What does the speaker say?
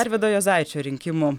arvydo juozaičio rinkimų